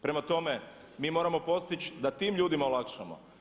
Prema tome, mi moramo postići da tim ljudima olakšamo.